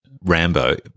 Rambo